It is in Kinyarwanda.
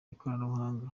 ikoranabuhanga